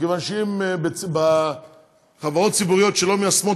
מכיוון שאם חברות ציבוריות שלא מיישמות